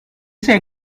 saya